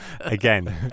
Again